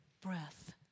breath